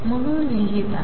म्हणून लिहित आहे